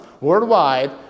worldwide